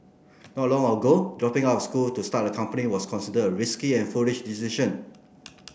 not long ago dropping out of school to start a company was considered a risky and foolish decision